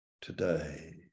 Today